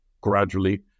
gradually